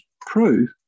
prove